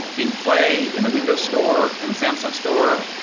in play, in the windows store, in a samsung store.